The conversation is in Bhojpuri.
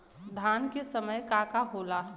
धान के समय का का होला?